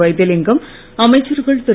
வைத்திலிங்கம் அமைச்சர்கள் திரு